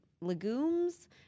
legumes